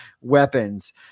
weapons